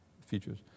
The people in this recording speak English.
features